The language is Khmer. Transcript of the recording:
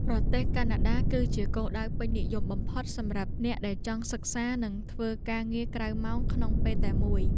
ប្រទេសកាណាដា គឺជាគោលដៅពេញនិយមបំផុតសម្រាប់អ្នកដែលចង់សិក្សានិងធ្វើការងារក្រៅម៉ោងក្នុងពេលតែមួយ។